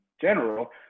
general